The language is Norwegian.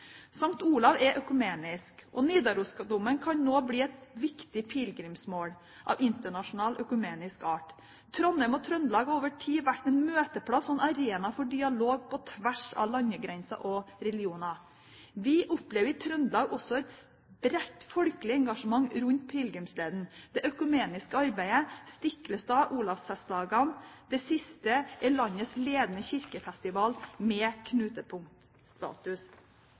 Olav er økumenisk, og Nidarosdomen kan nå bli et viktig pilegrimsmål av internasjonal økumenisk art. Trondheim og Trøndelag har over tid vært en møteplass og en arena for dialog på tvers av landegrenser og religioner. Vi opplever i Trøndelag også et bredt folkelig engasjement rundt pilegrimsleden, det økumeniske arbeidet, Stiklestad, Olavsfestdagene – det siste er landets ledende kirkefestival med knutepunktstatus.